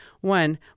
One